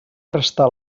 restà